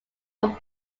from